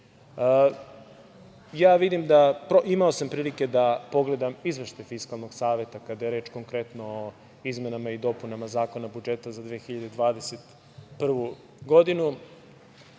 zakonu. Imao sam prilike da pogledam izveštaj Fiskalnog saveta kada je konkretno reč o izmenama i dopunama Zakona budžeta za 2021. godinu